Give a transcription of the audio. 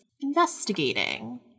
Investigating